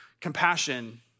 Compassion